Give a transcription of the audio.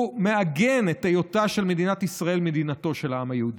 הוא מעגן את היותה של מדינת ישראל מדינתו של העם היהודי.